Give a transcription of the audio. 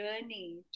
journey